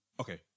okay